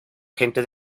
gente